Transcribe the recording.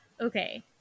Okay